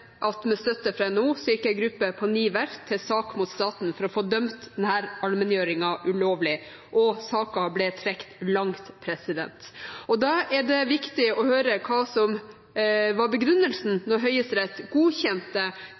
at med støtte fra NHO gikk en gruppe på ni verft til sak mot staten for å få dømt denne allmenngjøringen ulovlig, og saken ble trukket langt. Da er det viktig å høre hva som var begrunnelsen da Høyesterett godkjente